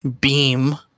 beam